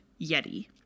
Yeti